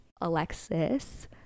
alexis